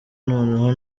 noneho